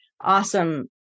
awesome